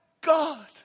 God